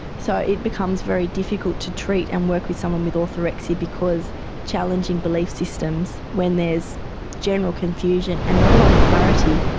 so it becomes very difficult to treat and work with someone with orthorexia because challenging belief systems, when there's general confusion and not a lot of clarity,